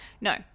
No